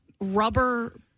rubber